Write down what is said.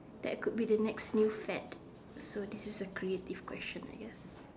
that could be next new fad so this is a creative question I guess